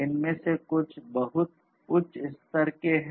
इनमें से कुछ बहुत उच्च स्तर के हैं